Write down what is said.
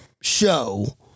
show